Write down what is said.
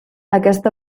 aquest